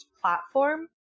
platform